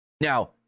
Now